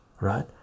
right